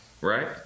right